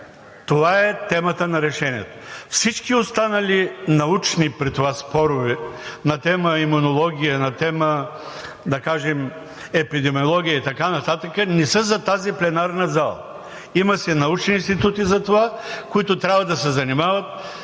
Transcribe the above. Това е темата на решението. Всички останали научни при това спорове на тема „Имунология“, на тема, да кажем, „Епидемиология“ и така нататък не са за тази пленарна зала. Има си научни институти за това, които трябва да се занимават